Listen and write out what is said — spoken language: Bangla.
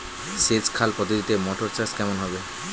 সেচ খাল পদ্ধতিতে মটর চাষ কেমন হবে?